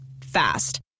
Fast